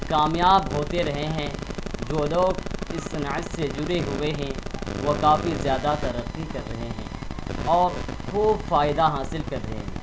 کامیاب ہوتے رہے ہیں جو لوگ اس صنعت سے جڑے ہوئے ہیں وہ کافی زیادہ ترقی کر رہے ہیں اور خوب فائدہ حاصل کر رہے ہیں